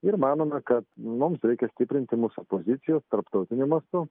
ir manome kad mums reikia stiprinti mūsų pozicijas tarptautiniu mastu